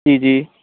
ਜੀ ਜੀ